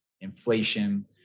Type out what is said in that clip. inflation